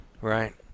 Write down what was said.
Right